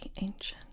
Ancient